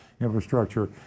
infrastructure